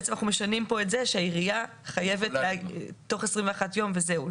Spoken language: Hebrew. אנחנו משנים פה את זה שהעירייה חייבת תוך 21 ימים וזהו,